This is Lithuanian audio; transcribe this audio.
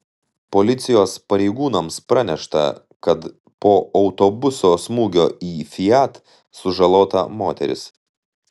policijos pareigūnams pranešta kad po autobuso smūgio į fiat sužalota moteris